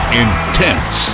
intense